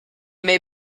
may